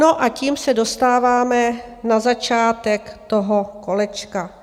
A tím se dostáváme na začátek toho kolečka.